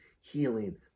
healing